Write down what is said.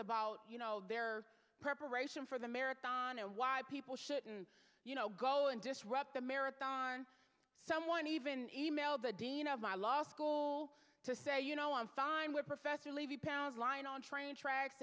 about you know their preparation for the marathon and why people shouldn't you know go and disrupt the marathon someone even e mailed the dean of my law school to say you know i'm fine with professor levy pounds lying on train tracks